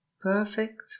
perfect